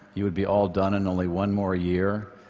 you would be all done in only one more year?